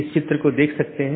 यह चीजों की जोड़ता है